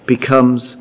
becomes